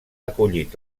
acollit